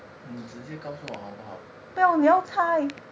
你直接告诉我好不好